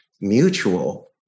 mutual